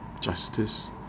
justice